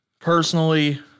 personally